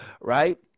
right